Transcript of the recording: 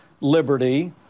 liberty